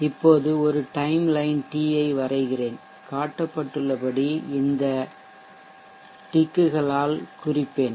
இப்போது ஒரு timeline t ஐ வரைகிறேன் காட்டப்பட்டுள்ளபடி இந்த டிக் களால் குறிப்பேன்